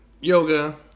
yoga